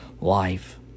life